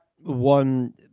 one